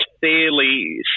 fairly